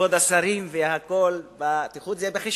כבוד השרים והכול, תביאו את זה בחשבון,